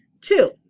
Two